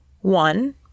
one